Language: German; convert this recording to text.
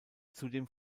zudem